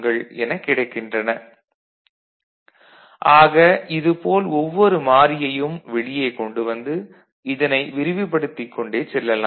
F1 1 x3 xN ஆக இது போல் ஒவ்வொரு மாறியையும் வெளியே கொண்டு வந்து இதனை விரிவுபடுத்திக் கொண்டே செல்லலாம்